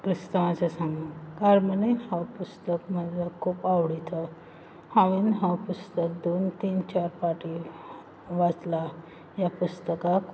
क्रिस्तांवांचें सांगलां कार्मेलीन हो पुस्तक म्हजो खूब आवडिचो हांवेन हो पुस्तक दोन तीन चार फावटी वाचला हे पुस्तकाक